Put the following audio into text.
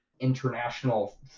international